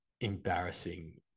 embarrassing